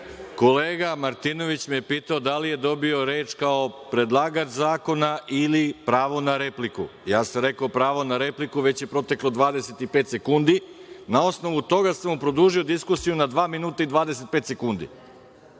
Martinović me je pitao da li je dobio reč kao predlagač zakona ili pravo na repliku. Ja sam rekao – pravo na repliku, već je proteklo 25 sekundi. Na osnovu toga sam mu produžio diskusiju na dva minuta i 25 sekundi.